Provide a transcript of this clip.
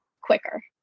quicker